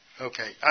Okay